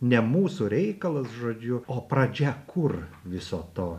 ne mūsų reikalas žodžiu o pradžia kur viso to